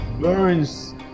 burns